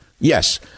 Yes